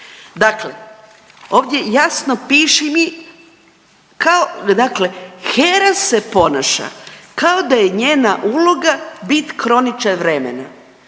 Dakle, ovdje jasno piše … dakle HERA se ponaša kao da je njena uloga bit kroničar vremena,